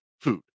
food